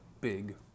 big